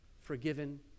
Forgiven